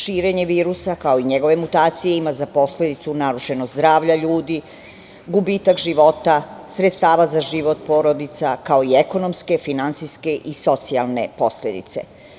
Širenje virusa, kao njegove mutacije ima za posledicu narušeno zdravlje ljudi, gubitak života, sredstava za život porodica, kao i ekonomske, finansijske i socijalne posledice.